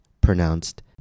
pronounced